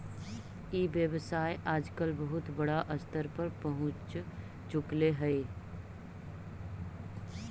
ई व्यवसाय आजकल बहुत बड़ा स्तर पर पहुँच चुकले हइ